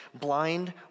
blind